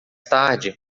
tarde